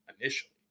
initially